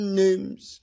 names